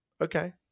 okay